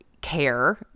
care